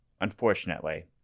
Unfortunately